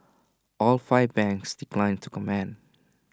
all five banks declined to comment